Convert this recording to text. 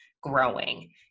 growing